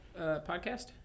podcast